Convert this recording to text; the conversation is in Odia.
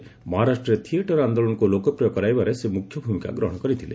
ସ୍ୱାଧୀନତା ପରେ ମହାରାଷ୍ଟ୍ରରେ ଥିଏଟର ଆନ୍ଦୋଳନକୁ ଲୋକପ୍ରିୟ କରାଇବାରେ ମୁଖ୍ୟ ଭୂମିକା ଗ୍ରହଣ କରିଥିଲେ